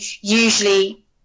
usually